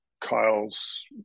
kyle's